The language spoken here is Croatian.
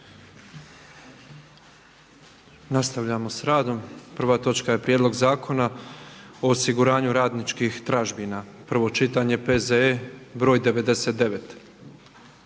odrađenim zakonima. Prvo je Prijedlog zakona o osiguranju radničkih tražbina, prvo čitanje, P.Z.E. br. 99.,